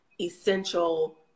essential